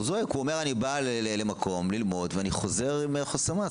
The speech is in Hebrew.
הוא זועק הוא אומר: אני בא למקום ללמוד ואני חוזר עם חוסר מעש,